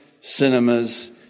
cinemas